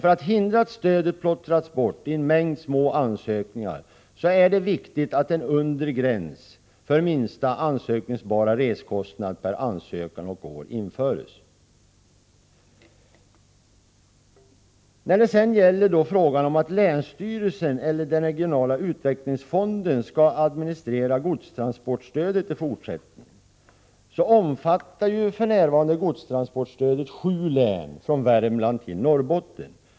För att hindra att stödet plottras bort i en mängd små ansökningar är det viktigt att en undre gräns för minsta ansökningsbara resekostnad per ansökan och år införs. Sedan har vi frågan om att länsstyrelsen eller den regionala utvecklingsfonden skall administrera godstransportstödet i fortsättningen. Godstransportstödet omfattar för närvarande sju län från Värmland till Norrbotten.